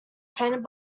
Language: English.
painted